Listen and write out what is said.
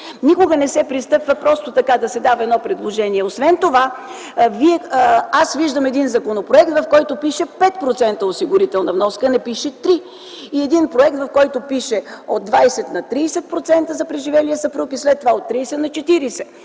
Никога не се пристъпва просто така -да се дава едно предложение. Освен това виждам един законопроект, в който пише 5% осигурителна вноска, а не пише 3%, и един проект, в който пише от 20 на 30% за преживелия съпруг и след това от 30 на 40%.